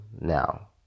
now